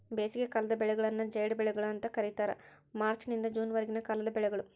ಬೇಸಿಗೆಕಾಲದ ಬೆಳೆಗಳನ್ನು ಜೈಡ್ ಬೆಳೆಗಳು ಅಂತ ಕರೀತಾರ ಮಾರ್ಚ್ ನಿಂದ ಜೂನ್ ವರೆಗಿನ ಕಾಲದ ಬೆಳೆಗಳು